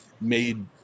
made